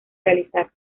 realizar